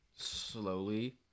slowly